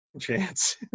chance